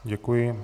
Děkuji.